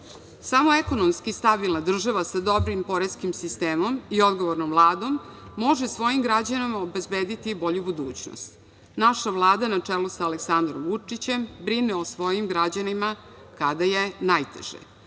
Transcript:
ekonomski stabilna država sa dobrim poreskim sistemom i odgovornom Vladom može svojim građanima obezbediti bolju budućnost. Naša Vlada na čelu sa Aleksandrom Vučićem brine o svojim građanima kada je najteže. Sada